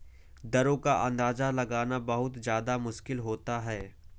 दरों का अंदाजा लगाना बहुत ज्यादा मुश्किल होता है